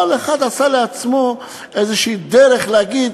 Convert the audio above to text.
כל אחד עשה לעצמו דרך להגיד,